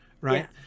right